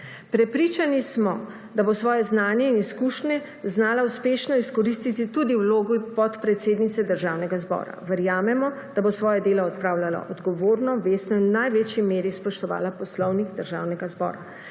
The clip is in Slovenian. Prepričani smo, da bo svoje znanje in izkušnje znala uspešno izkoristiti tudi v vlogi podpredsednice Državnega zbora. Verjamemo, da bo svoje delo opravljala odgovorno, vestno in v največji meri spoštovala Poslovnik Državnega zbora.